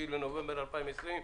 9 בנובמבר 2020,